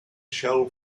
shell